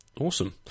Awesome